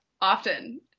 often